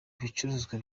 ibicuruzwa